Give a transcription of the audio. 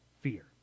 fear